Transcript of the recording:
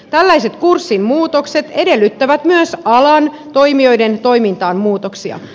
tällaiset kurssinmuutokset edellyttävät myös alan toimijoiden toimintaan muutoksia